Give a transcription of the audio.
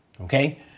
Okay